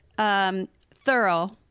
thorough